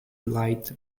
light